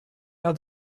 had